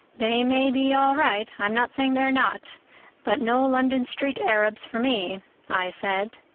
they may be all right i'm not saying they're not but no london street arabs for me i said.